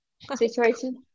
situation